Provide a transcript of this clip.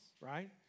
right